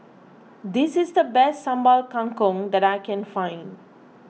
this is the best Sambal Kangkong that I can find